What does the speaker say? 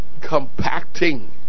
compacting